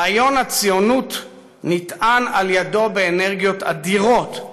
רעיון הציונות נטען על ידיו באנרגיות אדירות,